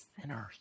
sinners